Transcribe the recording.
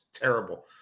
terrible